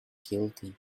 guilty